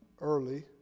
early